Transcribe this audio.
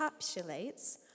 encapsulates